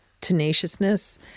tenaciousness